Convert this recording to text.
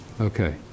Okay